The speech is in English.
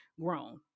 grown